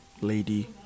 lady